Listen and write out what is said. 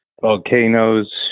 volcanoes